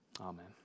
Amen